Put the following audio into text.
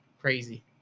crazy